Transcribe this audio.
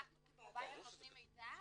אנחנו נותנים מידע,